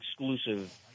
exclusive